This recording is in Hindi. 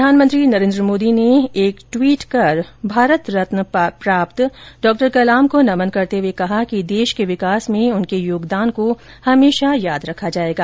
प्रधानमंत्री नरेन्द्र मोदी ने एक ट्वीट कर भारत रत्न प्राप्त डॉ कलाम को नमन करते हुए कहा कि देश के विकास में उनके योगदान को हमेशा याद किया जाएगा